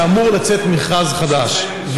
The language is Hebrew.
אמור לצאת מכרז חדש,